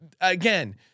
again